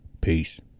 Peace